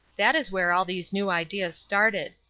that is where all these new ideas started.